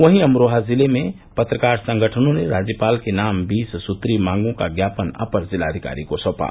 वहीं अमरोहा जिले में पत्रकार संगठनों ने राज्यपाल के नाम बीस सूत्रीय मांगों का ज्ञापन अपर जिलाधिकारी को सौंपा